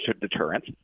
deterrence